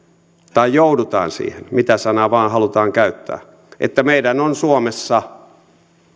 tai joudutaan siihen mitä sanaa vain halutaan käyttää että meidän on suomessa